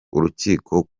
urukiko